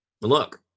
look